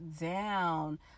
down